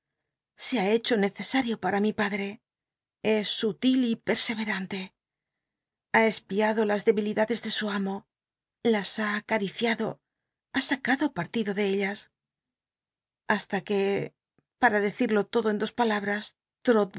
se ha hecho necesario para mi padre es sutil y pctse erantc ha espiado las debilidades do su amo las ha actll'iciado ha sacado partido ele ellas hasta que para decirlo todo en dos palabras